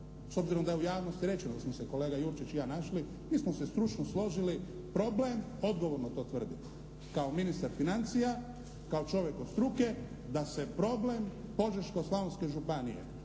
s obzirom da je u javnosti rečeno da smo se kolega Jurčić i ja našli. Mi smo se stručni složili, problem, odgovorno to tvrdim kao ministar financija, kao čovjek od struke da se problem Požeško-slavonske županije